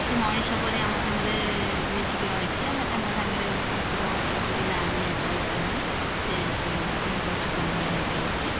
ସିଏ ମଣିଷ ପରି ଆମ ସାଙ୍ଗରେ ମିଶିକି ରହିଛି ଆମେ ତାଙ୍କ ସାଙ୍ଗରେ କୁକରକୁ ବିନା ଆମେ ଚଳି ପାରୁନି ସିଏ ସିଏ ଆମର ଜୀବନ ଭଳିଆ ହେଇକି ରହିଛି